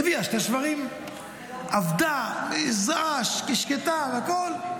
היא הביאה שני שוורים, עבדה, זרעה, השקתה והכול,